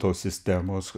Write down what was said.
tos sistemos